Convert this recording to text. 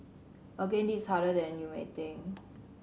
again this is harder than you may think